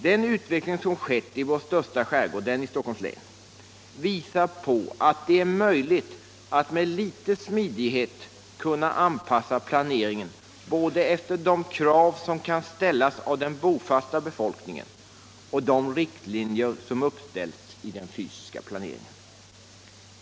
Den utveckling som skett i vår största skärgård — den i Stockholms län — visar på att det är möjligt att med litet smidighet kunna anpassa planeringen både efter de krav som kan ställas av den bofasta befolkningen och de riktlinjer som uppställs i den fysiska planeringen.